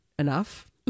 enough